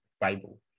Bible